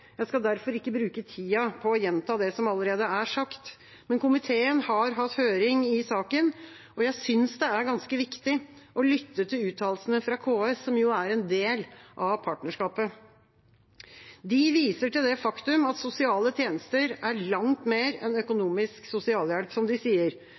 Jeg skal derfor ikke bruke tid på å gjenta det som allerede er sagt. Komiteen har hatt høring i saken, og jeg synes det er ganske viktig å lytte til uttalelsene fra KS, som jo er en del av partnerskapet. De viser til det faktum at sosiale tjenester er langt mer enn